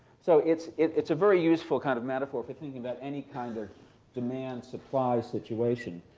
so it's it's a very useful kind of metaphor for thinking about any kind of demand supply situation.